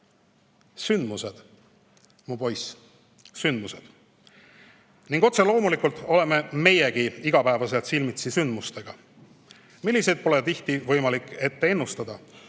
"Sündmused, mu poiss, sündmused."Otse loomulikult oleme meiegi iga päev silmitsi sündmustega, milliseid pole tihti võimalik ette ennustada.